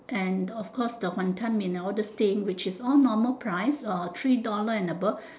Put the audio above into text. and of course the wanton-mee all these thing which is all normal price or three dollar and above